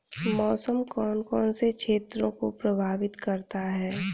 मौसम कौन कौन से क्षेत्रों को प्रभावित करता है?